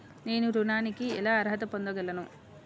నేను ఋణానికి ఎలా అర్హత పొందగలను?